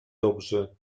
dobrzy